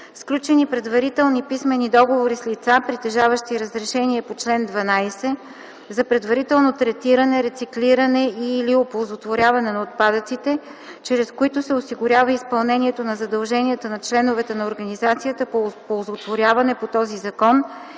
сключени предварителни писмени договори с лица, притежаващи разрешение по чл. 12, за предварително третиране, рециклиране и/или оползотворяване на отпадъците, чрез които се осигурява изпълнението на задълженията на членовете на организацията по оползотворяване по този закон